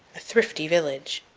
a thrifty village.